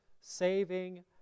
saving